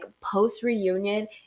post-reunion